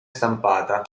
stampata